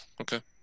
Okay